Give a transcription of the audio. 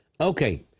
Okay